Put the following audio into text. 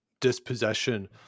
dispossession